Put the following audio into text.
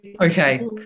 Okay